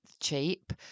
cheap